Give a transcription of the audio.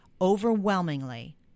overwhelmingly